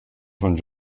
von